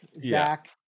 zach